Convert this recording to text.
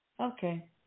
Okay